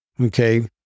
okay